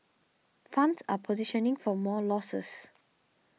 funds are positioning for more losses